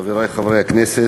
חברי חברי הכנסת,